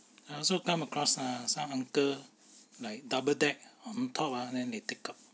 I also come across ah some uncle like double deck then on top uh then they take out